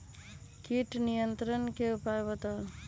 किट नियंत्रण के उपाय बतइयो?